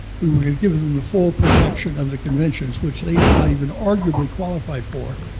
we were gonna give them the full protection of the conventions, which they did not even arguably qualify for.